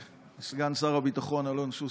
סגן שר הביטחון אלון שוסטר,